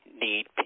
need